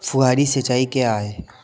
फुहारी सिंचाई क्या है?